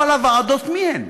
כל הוועדות, מיהן?